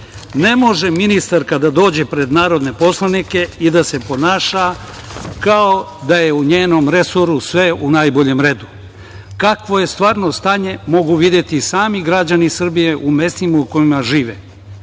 može ministarka da dođe pred narodne poslanike i da se ponaša kao da je u njenom resoru sve u najboljem redu. Kakvo je stvarno stanje, mogu videti i sami građani Srbije u mestima u kojima žive. Mnogi